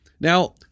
Now